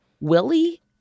Willie